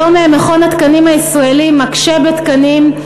היום מכון התקנים הישראלי מקשה בתקנים,